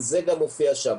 גם זה מופיע שם.